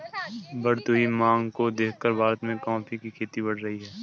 बढ़ती हुई मांग को देखकर भारत में कॉफी की खेती बढ़ रही है